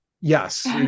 Yes